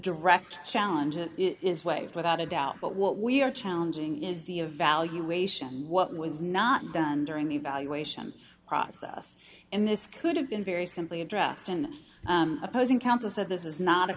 direct challenge it is waived without a doubt but what we are challenging is the evaluation what was not done during the evaluation process and this could have been very simply addressed in opposing counsel so this is not a